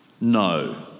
No